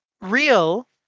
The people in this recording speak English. real